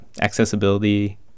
accessibility